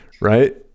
right